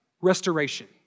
restoration